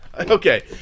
okay